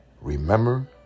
remember